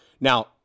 Now